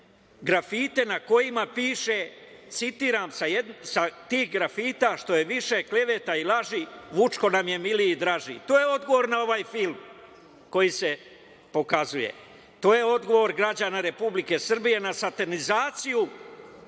grafite na kojima piše, citiram: "Što je više kleveta i laži, Vučko nam je miliji i draži". To je odgovor na ovaj film koji se pokazuje. To je odgovor građana Republike Srbije na satanizaciju